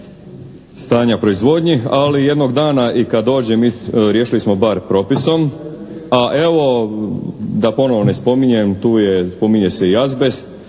stanja proizvodnji, ali jednog dana i kad dođe riješili smo bar propisom, a evo da ponovo ne spominjem tu je, spominje se i azbest.